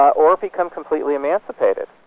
or become completely emancipated.